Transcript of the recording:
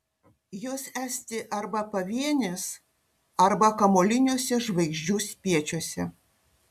jos esti arba pavienės arba kamuoliniuose žvaigždžių spiečiuose